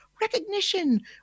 recognition